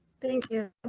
thank you.